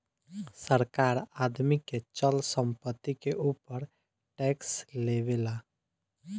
सरकार आदमी के चल संपत्ति के ऊपर टैक्स लेवेला